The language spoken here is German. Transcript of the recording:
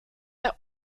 der